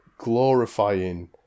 glorifying